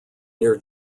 near